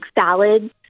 salads